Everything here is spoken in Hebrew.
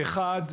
אחד,